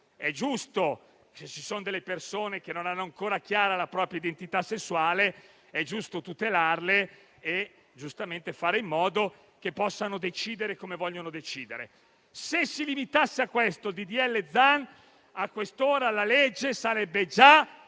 di genere (ci sono delle persone che non hanno ancora chiara la propria identità sessuale ed è giusto tutelarle e fare in modo che possano decidere come vogliono). Se il disegno di legge Zan si limitasse a questo, a quest'ora la legge sarebbe già